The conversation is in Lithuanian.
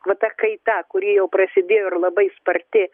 vat ta kaita kuri jau prasidėjo ir labai sparti